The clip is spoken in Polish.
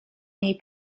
niej